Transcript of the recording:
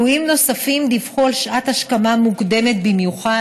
כלואים נוספים דיווחו על שעת השכמה מוקדמת במיוחד,